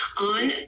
On